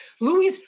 Louis